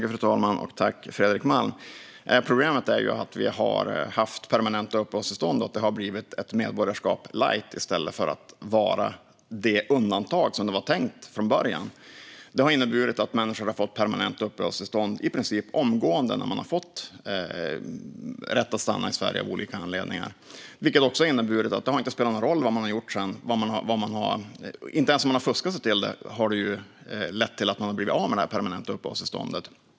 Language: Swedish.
Fru talman! Problemet är att vi har haft permanenta uppehållstillstånd som blivit ett medborgarskap light i stället för det undantag de från början var tänkta att vara. Det har inneburit att människor har fått permanenta uppehållstillstånd i princip omgående när de av olika anledningar har fått rätt att stanna i Sverige. Och det har inte spelat någon roll vad man sedan har gjort - inte ens om man har fuskat sig till det permanenta uppehållstillståndet har det lett till att man blivit av med det.